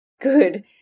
good